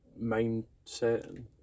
mindset